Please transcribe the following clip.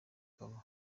akaba